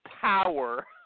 power